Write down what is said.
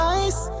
ice